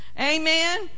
Amen